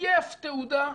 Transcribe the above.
זייף תעודה,